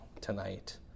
tonight